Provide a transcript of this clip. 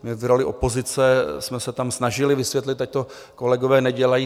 My v roli opozice jsme se tam snažili vysvětlit, ať to kolegové nedělají.